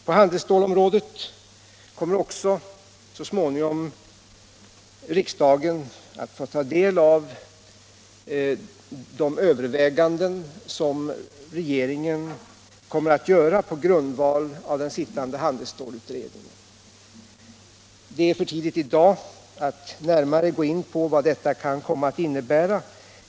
På handelsstålsområdet kommer också så småningom riksdagen att få ta del av de överväganden som regeringen skall göra på grundval av den sittande handelsstålsutredningens förslag. Det är för tidigt att i dag närmare gå in på vad detta kommer att innebära.